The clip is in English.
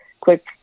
quick